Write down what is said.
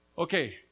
Okay